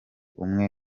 umwe